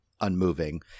unmoving